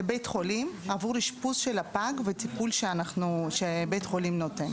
לבית החולים עבור אשפוז של הפג וטיפול שבית החולים נותן.